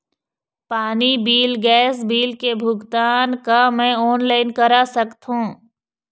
पानी bill gas bill के भुगतान का मैं ऑनलाइन करा सकथों?